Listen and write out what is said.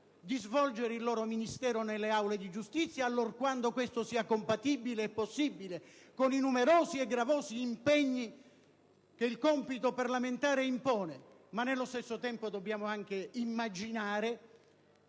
di svolgere il loro ministero nelle aule di giustizia allorquando ciò sia possibile e compatibile con i numerosi e gravosi impegni che il compito parlamentare impone; nello stesso tempo dobbiamo anche immaginare